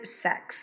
sex